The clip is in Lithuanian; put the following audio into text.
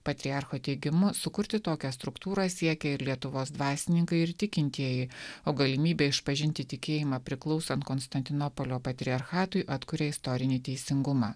patriarcho teigimu sukurti tokią struktūrą siekia ir lietuvos dvasininkai ir tikintieji o galimybė išpažinti tikėjimą priklausant konstantinopolio patriarchatui atkuria istorinį teisingumą